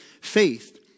faith